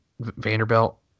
Vanderbilt